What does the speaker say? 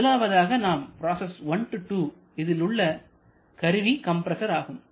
முதலாவதாக நாம் பிராசஸ் 1 2 இதில் உள்ள கருவி கம்பரசர் ஆகும்